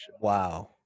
Wow